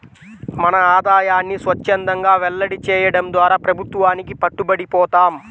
మన ఆదాయాన్ని స్వఛ్చందంగా వెల్లడి చేయడం ద్వారా ప్రభుత్వానికి పట్టుబడి పోతాం